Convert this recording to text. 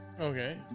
Okay